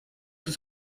sont